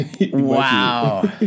Wow